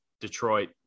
Detroit